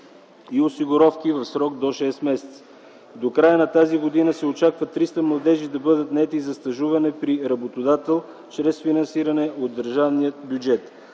и осигуровки в срок до шест месеца. До края на тази година се очаква 300 младежи да бъдат наети за стажуване при работодател чрез финансиране от държавния бюджет.